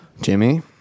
Jimmy